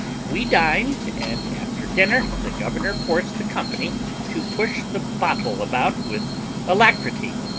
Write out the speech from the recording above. we dined, and after dinner the governor forced the company to push the bottle about with alacrity